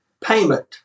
payment